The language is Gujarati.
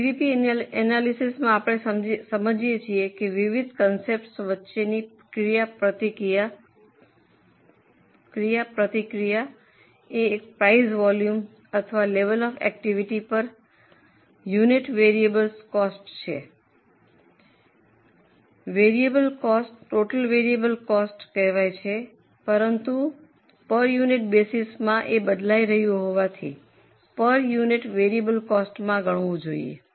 સીવીપી એનાલિસિસમાં આપણે સમજીએ છીએ કે વિવિધ કોંસેપ્તર્સ વચ્ચેની ક્રિયાપ્રતિક્રિયા એ એક પ્રાઇસ વોલ્યુમ અથવા level of activity per unit variable cost છે જુઓ variable cost total variable cost કહેવાય છે પરંતુ તે પર યુનિટ બેસીસ એ બદલાઇ રહ્યું હોવાથી પર યુનિટ વેરિયેબલ કોસ્ટમાં ગણવું જોઇએ